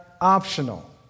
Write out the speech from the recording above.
optional